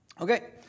Okay